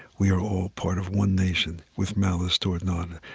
we are all part of one nation, with malice toward none?